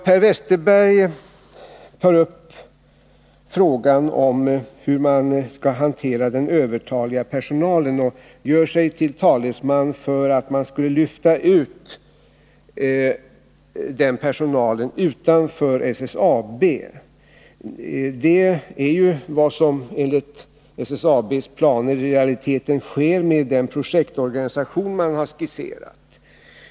Per Westerberg tar upp frågan om hur man skall hantera den övertaliga personalen. Han gör sig till talesman för dem som anser att man skulle lyfta ut personalen utanför SSAB. Det är ju vad som enligt SSAB:s planer i realiteten sker med den projektorganisation som har skisserats.